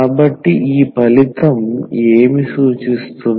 కాబట్టి ఈ ఫలితం ఏమి సూచిస్తుంది